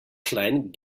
klein